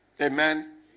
Amen